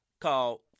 called